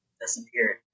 disappeared